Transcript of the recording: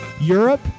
Europe